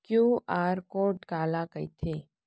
QR code काला कहिथे?